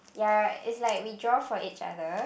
ya it's like we draw for each other